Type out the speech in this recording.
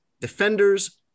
Defenders